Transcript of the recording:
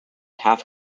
half